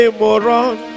moron